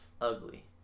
ugly